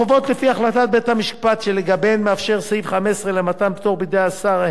החובות לפי החלטת בית-המשפט שלגביהן מאפשר סעיף 15 מתן פטור בידי השר: